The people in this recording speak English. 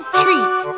treat